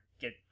get